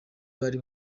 bari